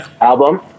album